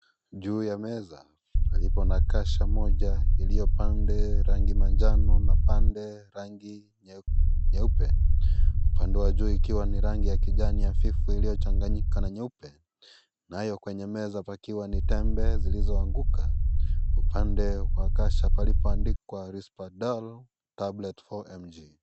Juu ya meza palipo na kasha moja iliyo pande, rangi manjano na pande, rangi nyeupe. Upande ya juu ikiwa ya rangi ya kijani afifu ilichanganyana na nyeupe nayo kwenye meza pakiwa ni tembe ziliyo anguka. Upande wa kasha ilipoandikwa Rispadel tablets 4mg .